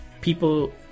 people